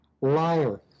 liar